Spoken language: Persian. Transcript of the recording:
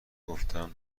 گفتن